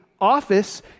office